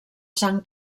sang